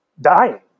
dying